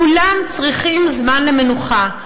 כולם צריכים זמן למנוחה,